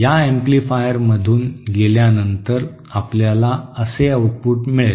या एम्पलीफायरमधून गेल्यानंतर आपल्याला असे आऊटपुट मिळेल